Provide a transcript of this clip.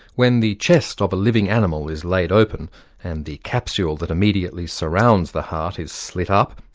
when the chest of a living animal is laid open and the capsule that immediately surrounds the heart is slit up,